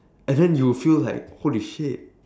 and then you feel like holy shit